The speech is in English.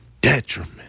detriment